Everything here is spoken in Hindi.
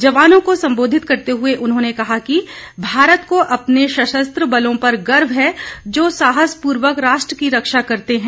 जवानों को संबोधित करते हए उन्होंने कहा कि भारत को अपने सशस्त्र बलों पर गर्व है जो साहसपूर्वक राष्ट्र की रक्षा करते हैं